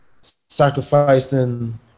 sacrificing